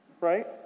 right